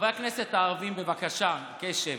חברי הכנסת הערבים, בבקשה, קשב.